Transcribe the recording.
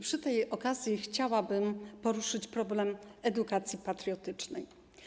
Przy tej okazji chciałabym poruszyć problem edukacji patriotycznej.